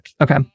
Okay